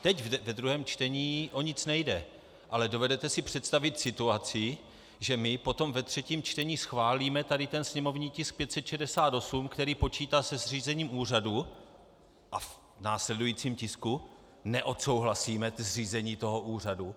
Teď ve druhém čtení o nic nejde, ale dovedete si představit situaci, že my potom ve třetím čtení schválíme tady ten sněmovní tisk 568, který počítá se zřízením úřadu, a v následujícím tisku neodsouhlasíme ta zřízení toho úřadu?